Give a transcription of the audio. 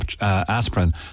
aspirin